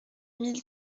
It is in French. mille